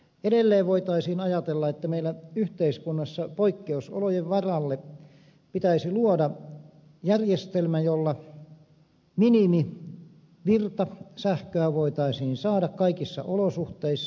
edelleen voitaisiin ajatella että meillä yhteiskunnassa poikkeusolojen varalle pitäisi luoda järjestelmä jolla minimivirta sähköä voitaisiin saada kaikissa olosuhteissa